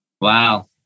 Wow